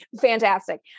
Fantastic